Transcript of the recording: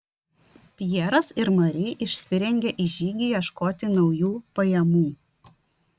pjeras ir mari išsirengė į žygį ieškoti naujų pajamų